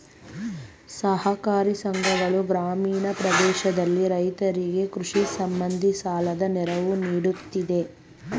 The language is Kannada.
ಸಹಕಾರಿ ಸಂಘಗಳು ಗ್ರಾಮೀಣ ಪ್ರದೇಶದಲ್ಲಿ ರೈತರಿಗೆ ಕೃಷಿ ಸಂಬಂಧಿ ಸಾಲದ ನೆರವು ನೀಡುತ್ತಿದೆ